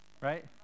right